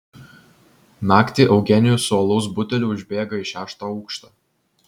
naktį eugenijus su alaus buteliu užbėga į šeštą aukštą